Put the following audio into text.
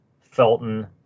Felton